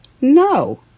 no